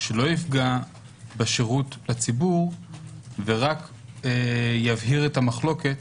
שלא יפגע בשירות לציבור ורק יבהיר את המחלוקת.